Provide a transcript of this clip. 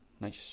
nice